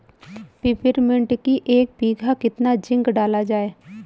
Peppermint की एक बीघा कितना जिंक डाला जाए?